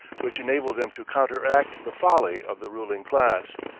which enabled them to counteract the folly of the ruling class.